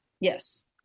Yes